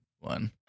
one